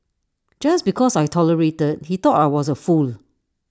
just because I tolerated he thought I was A fool